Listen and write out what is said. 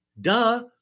Duh